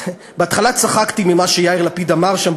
בהתחלה צחקתי ממה שיאיר לפיד אמר שם,